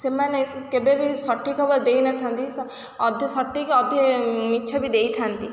ସେମାନେ କେବେ ବି ସଠିକ୍ ହବ ଦେଇନଥାନ୍ତି ସ ଅଧେ ସଠିକ୍ ଅଧେ ମିଛ ବି ଦେଇଥାନ୍ତି